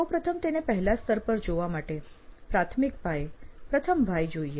સૌપ્રથમ તેને પહેલા સ્તર પર જોવા માટે પ્રાથમિક પાયે પ્રથમ વ્હાય જોઈએ